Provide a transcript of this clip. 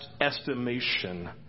estimation